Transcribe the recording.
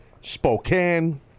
Spokane